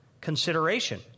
consideration